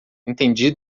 entendi